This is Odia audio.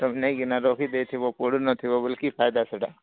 ତୁମେ ନେଇକିନା ରଖି ଦେଇଥିବ ପଢ଼ୁନଥିବ ବୋଲି କି ଫାଇଦା ସେଟା